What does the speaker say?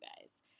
guys